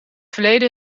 verleden